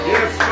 Yes